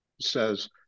says